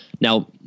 Now